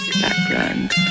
background